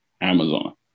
Amazon